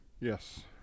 Yes